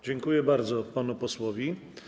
Dziękuję bardzo panu posłowi.